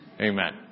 Amen